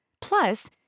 Plus